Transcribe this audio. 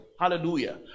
hallelujah